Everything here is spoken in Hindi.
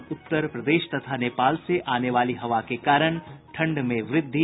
और उत्तर प्रदेश तथा नेपाल से आने वाली हवा के कारण ठंड में वृद्धि